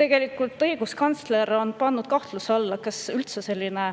Tegelikult õiguskantsler on pannud kahtluse alla, kas üldse selline